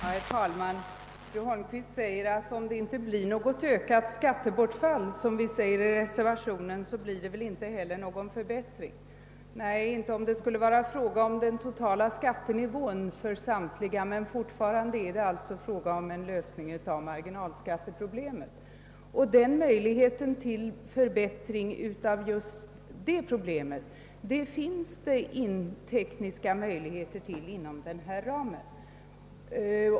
Herr talman! Fru Holmqvist sade att om det inte blir något ökat skattebortfall, såsom sägs i reservationen, blir det inte heller någon förbättring. Nej, inte om det skulle vara fråga om den totala skattenivån för samtliga, men fortfarande är det alltså fråga om en lösning av marginalskatteproblemet. Möjligheter att lösa just detta problem saknas inom den här ramen.